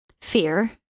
fear